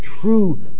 true